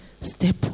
step